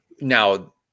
now